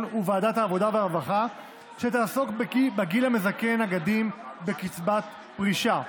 וועדת העבודה והרווחה שתעסוק בגיל המזכה נגדים בקצבת פרישה.